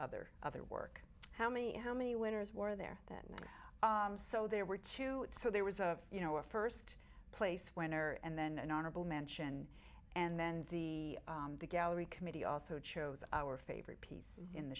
other other work how many emmy winners were there then so there were two so there was a you know a first place winner and then an honorable mention and then the the gallery committee also chose our favorite piece in the